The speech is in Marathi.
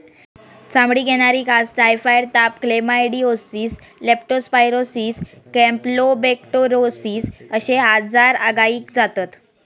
चामडीक येणारी खाज, टायफॉइड ताप, क्लेमायडीओसिस, लेप्टो स्पायरोसिस, कॅम्पलोबेक्टोरोसिस अश्ये आजार गायीक जातत